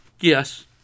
Yes